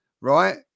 right